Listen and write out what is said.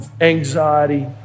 anxiety